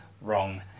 wrong